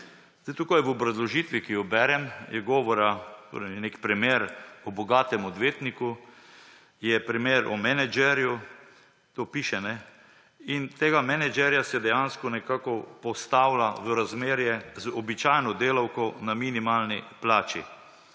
Levica. V obrazložitvi, ki jo berem, je govora, je nek primer o bogatem odvetniku, je primer o menedžerju, to piše, in tega menedžerja se dejansko nekako postavlja v razmerje z običajno delavko na minimalni plači,